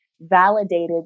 validated